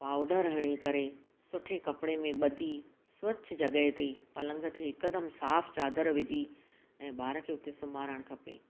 powder हणी करे सुठे कपिड़े में ॿधी स्वच्छ जॻह ते पलंग ते हिकदमि साफ़ु चादर विझी ऐं ॿार खे हुते सुम्हारणु खपे